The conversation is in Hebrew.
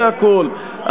זה הכול.